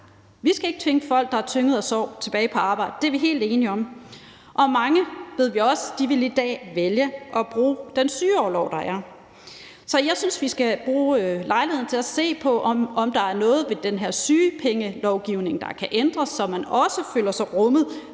Vi skal ikke tvinge folk, der er tynget af sorg, tilbage på arbejdet; det er vi helt enige om. Og mange ved vi også i dag ville vælge at bruge den sygeorlov, der er. Så jeg synes, vi skal bruge lejligheden til at se på, om der er noget ved den her sygedagpengelovgivning, der kan ændres, så man også føler sig rummet,